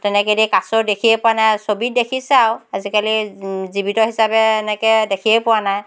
তেনেকেদি কাছ দেখিয়ে পোৱা নাই ছবিত দেখিছে আৰু আজিকালি জীৱিত হিচাপে এনেকৈ দেখিয়ে পোৱা নাই